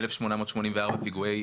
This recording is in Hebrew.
אותו פלסטיני באותו רגע, בעצם זה הסנקציה.